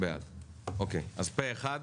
הצבעה אושר.